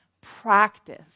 practice